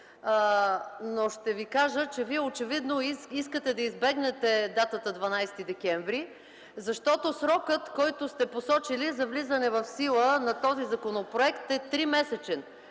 но ще Ви кажа, че Вие очевидно искате да избегнете датата 12 декември, защото срокът, който сте посочили за влизане в сила на този законопроект, е тримесечен.